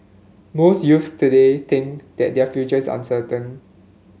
most youths today think that their futures uncertain